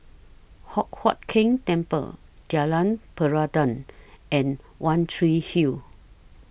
Hock Huat Keng Temple Jalan Peradun and one Tree Hill